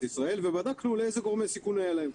ישראל ובדקנו איזה גורמי סיכון היו להם.